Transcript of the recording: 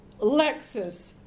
Lexus